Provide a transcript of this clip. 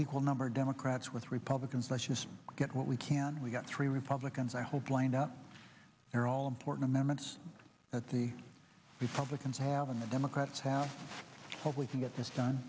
equal number of democrats with republicans let's just get what we can we got three republicans i hope lined up are all important moments that the republicans have and the democrats have hope we can get the s